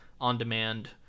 on-demand